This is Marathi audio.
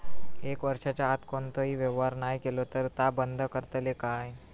एक वर्षाच्या आत कोणतोही व्यवहार नाय केलो तर ता बंद करतले काय?